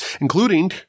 including